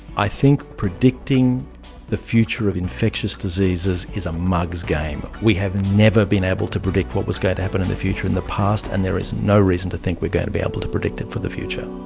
i think predicting the future of infectious disease is is a mugs game. we have never been able to predict what was going to happen in the future in the past and there is no reason to think we are going to be able to predict it for the future.